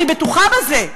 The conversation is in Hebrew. אני בטוחה בזה.